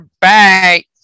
back